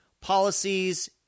policies